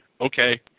Okay